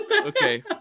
okay